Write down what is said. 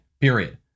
period